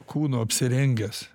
kūnu apsirengęs